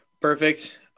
Perfect